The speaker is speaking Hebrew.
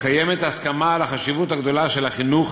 קיימת הסכמה על החשיבות הגדולה של החינוך